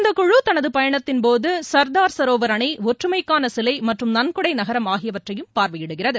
இந்தக் குழு தனது பயணத்தின் போது சர்தார் சரோவர் அனை ஒற்றுமைக்கான சிலை மற்றும் நன்கொடை நகரம் ஆகியவற்றையும் பார்வையிடுகிறது